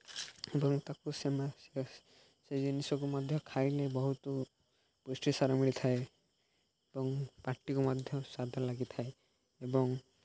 ଏବଂ ତାକୁ ସେ ସେ ଜିନିଷକୁ ମଧ୍ୟ ଖାଇଲେ ବହୁତ ପୁଷ୍ଟିସାର ମିଳିଥାଏ ଏବଂ ପାଟିକୁ ମଧ୍ୟ ସ୍ୱଦ ଲାଗିଥାଏ ଏବଂ